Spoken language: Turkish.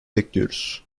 bekliyoruz